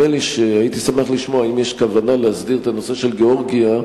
הייתי שמח לשמוע אם יש כוונה להסדיר את הנושא של גאורגיה,